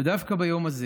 ודווקא ביום הזה